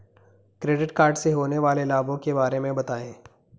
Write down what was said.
Credit card से होने वाले लाभों के बारे में बताएं?